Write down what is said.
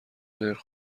نرخ